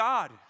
God